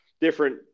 different